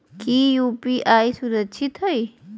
की यू.पी.आई सुरक्षित है?